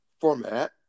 format